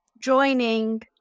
joining